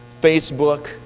Facebook